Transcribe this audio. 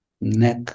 neck